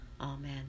Amen